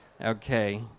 Okay